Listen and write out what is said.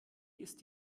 ist